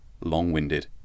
long-winded